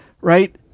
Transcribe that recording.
right